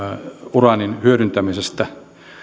uraanin hyödyntämisestä